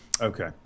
okay